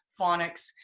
phonics